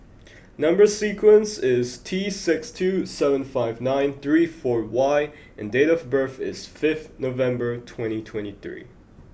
number sequence is T six two seven five nine three four Y and date of birth is fifth November twenty twenty three